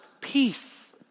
peace